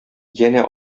янә